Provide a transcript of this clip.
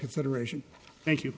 consideration thank you